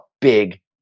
big